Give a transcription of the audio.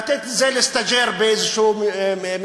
לתת את זה לסטאז'ר באיזה משרד,